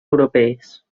europees